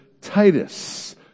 Titus